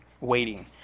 waiting